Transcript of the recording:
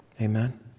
Amen